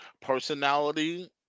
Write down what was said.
personality